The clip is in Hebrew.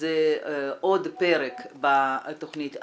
שזה עוד פרק בתכנית האב.